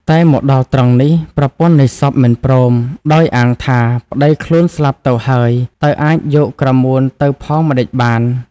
តែមកដល់ត្រង់នេះ ប្រពន្ធនៃសពមិនព្រម ដោយអាងថា "ប្តីខ្លួនស្លាប់ទៅហើយ តើអាចយកក្រមួនទៅផងម្តេចបាន?"។